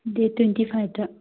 date twenty ꯐꯥꯏꯚꯇ